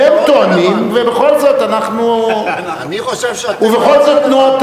הם טוענים ובכל זאת אנחנו, אני חושב שאתם,